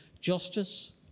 justice